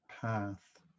path